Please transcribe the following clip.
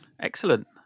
Excellent